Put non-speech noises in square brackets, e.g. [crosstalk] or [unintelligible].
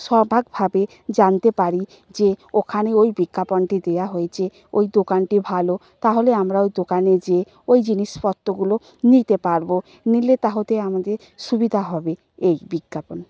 [unintelligible] ভাবে জানতে পারি যে ওখানে ওই বিজ্ঞাপনটি দেওয়া হয়েছে ওই দোকানটি ভালো তাহলে আমরা ওই দোকানে যেয়ে ওই জিনিসপত্রগুলো নিতে পারবো নিলে তা হতে আমাদের সুবিধা হবে এই বিজ্ঞাপন